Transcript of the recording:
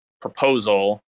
proposal